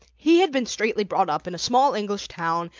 he had been straitly brought up in a small english town,